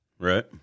right